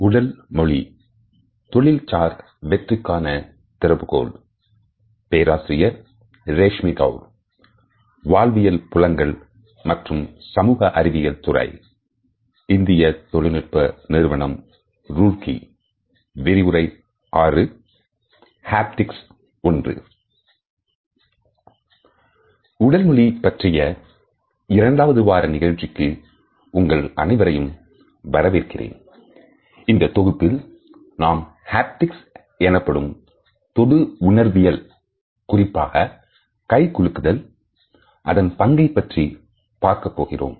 உடல் மொழி பற்றிய இரண்டாவது வார நிகழ்ச்சிக்கு உங்கள் அனைவரையும் வரவேற்கிறேன் இந்த தொகுப்பில் நாம் ஹாப்டிக்ஸ் எனப்படும் தொடு உணர்வியல் குறிப்பாக கை குலுக்குவதில் அதன் பங்கை பற்றி பார்க்கப் போகிறோம்